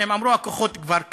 הם אמרו: הכוחות כבר כאן,